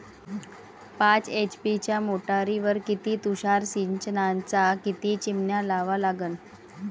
पाच एच.पी च्या मोटारीवर किती तुषार सिंचनाच्या किती चिमन्या लावा लागन?